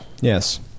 yes